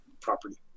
property